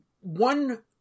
one